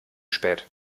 spät